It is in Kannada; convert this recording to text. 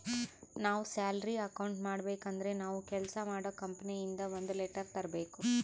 ನಾವ್ ಸ್ಯಾಲರಿ ಅಕೌಂಟ್ ಮಾಡಬೇಕು ಅಂದ್ರೆ ನಾವು ಕೆಲ್ಸ ಮಾಡೋ ಕಂಪನಿ ಇಂದ ಒಂದ್ ಲೆಟರ್ ತರ್ಬೇಕು